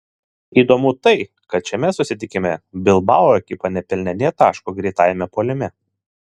įdomu tai kad šiame susitikime bilbao ekipa nepelnė nė taško greitajame puolime